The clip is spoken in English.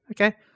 Okay